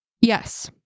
Yes